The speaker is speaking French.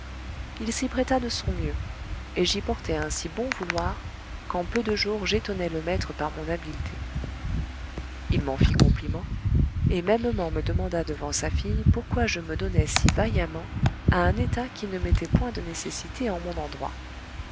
il s'y prêta de son mieux et j'y portai un si bon vouloir qu'en peu de jours j'étonnai le maître par mon habileté il m'en fit compliment et mêmement me demanda devant sa fille pourquoi je me donnais si vaillamment à un état qui ne m'était point de nécessité en mon endroit